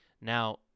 Now